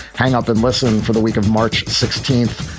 hang up and listen for the week of march sixteenth.